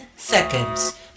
Seconds